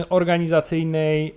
organizacyjnej